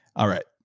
all right,